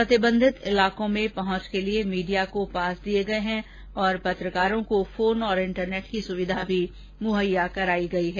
प्रतिबंधित इलाकों में पहुंच के लिए मीडिया को पास दिए गए है और पत्रकारों को फोन और इन्टरनेट की सुविधा भी मुहैया कराई गई है